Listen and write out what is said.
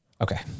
Okay